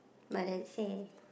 my dad say